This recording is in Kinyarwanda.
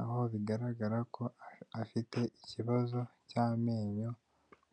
aho bigaragara ko afite ikibazo cy'amenyo